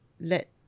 let